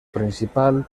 principal